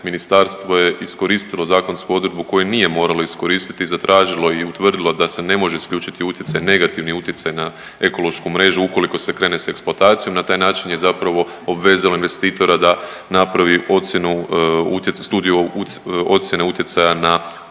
ministarstvo je iskoristilo zakonsku odredbu koju nije moralo iskoristiti, zatražilo i utvrdilo da se ne može isključiti utjecaj, negativni utjecaj na ekološku mrežu ukoliko se krene s eksploatacijom. Na taj način je zapravo obvezala investitora da napravi ocjenu utjecaja, Studiju